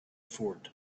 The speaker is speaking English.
fort